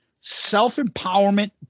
self-empowerment